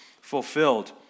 fulfilled